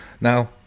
now